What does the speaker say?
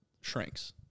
shrinks